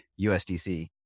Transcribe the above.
USDC